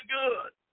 good